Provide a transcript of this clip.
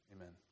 Amen